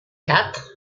quatre